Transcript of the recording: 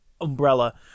umbrella